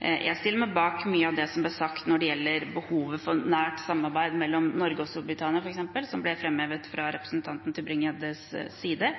Jeg stiller meg bak mye av det som ble sagt når det gjelder behovet for et nært samarbeid mellom Norge og Storbritannia, f.eks., som ble framhevet fra representanten Tybring-Gjeddes side.